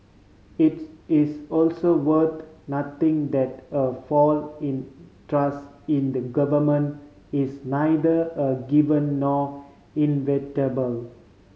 its is also worth noting that a fall in trust in the Government is neither a given nor inevitable